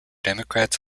democrats